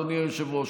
אדוני היושב-ראש,